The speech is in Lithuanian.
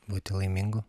būti laimingu